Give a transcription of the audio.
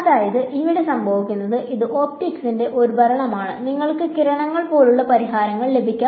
അതായത് ഇവിടെ സംഭവിക്കുന്നത് ഇത് ഒപ്റ്റിക്സിന്റെ ഒരു ഭരണമാണ് നിങ്ങൾക്ക് കിരണങ്ങൾ പോലുള്ള പരിഹാരങ്ങൾ ലഭിക്കും